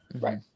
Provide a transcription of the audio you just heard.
Right